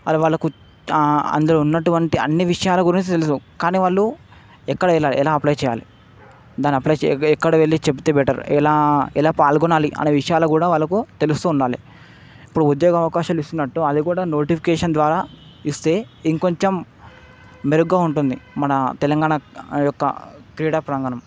అది వాళ్లకు అందులో ఉన్నటువంటి అన్ని విషయాల గురించి తెలుసు కానీ వాళ్ళు ఎక్కడ ఎలా ఎలా అప్లై చేయాలి దాన్ని అప్లై చేయబో ఎక్కడ వెళ్లి చెబితే బెటర్ ఎలా ఎలా పాల్గొనాలి అనే విషయాలు కూడా వాళ్లకు తెలుస్తూ ఉండాలి ఇప్పుడు ఉద్యోగ అవకాశాలు ఇస్తున్నట్టు అది కూడా నోటిఫికేషన్ ద్వారా ఇస్తే ఇంకొంచెం మెరుగ్గా ఉంటుంది మన తెలంగాణ యొక్క క్రీడా ప్రాంగణం